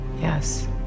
Yes